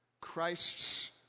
Christ's